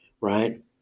right